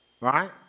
right